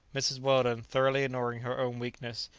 mrs. weldon, thoroughly ignoring her own weakness,